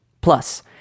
Plus